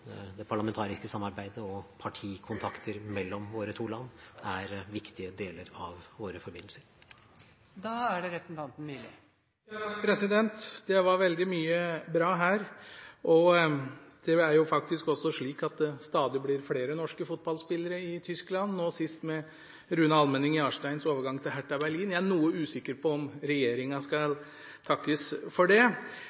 Det parlamentariske samarbeidet og partikontakter mellom våre to land er viktige deler av våre forbindelser. Det var veldig mye bra her, og det er jo faktisk også slik at det stadig blir flere norske fotballspillere i Tyskland, nå sist med Rune Almenning Jarsteins overgang til Hertha Berlin. Jeg er noe usikker på om regjeringen skal